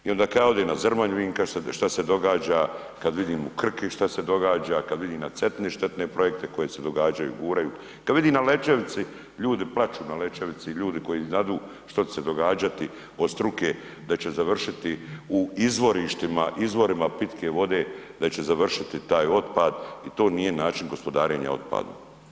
I onda kad je odem na Zrmanju, vidim šta se događa kad vidim u Krki šta se događa, kad vidim na Cetini štetne projekte koji se događaju, guraju, kad vidim na Lečevici, ljudi plaću na Lečevici, ljudi koji znadu šta će se događati od struke da će završiti u izvorištima, izvorima pitke vode, da će završiti taj otpad i to nije način gospodarenja otpadom.